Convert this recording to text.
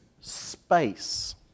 space